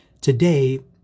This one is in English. Today